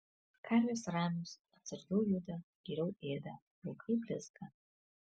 karvės ramios atsargiau juda geriau ėda plaukai blizga